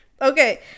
Okay